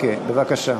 1609, 1623,